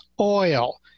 oil